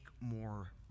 more